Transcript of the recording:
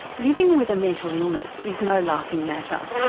living with a mental illness is no laughing matter,